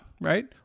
right